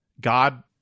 God